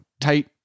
tight